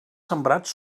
sembrats